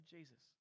Jesus